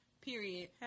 Period